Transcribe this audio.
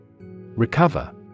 Recover